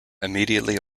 immediately